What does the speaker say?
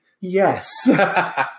Yes